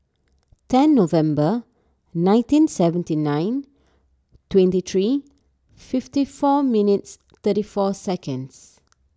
ten November nineteen seventy nine twenty three fifty four minutes thirty four seconds